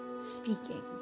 speaking